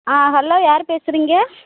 ஆ hello யார் பேசுறீங்க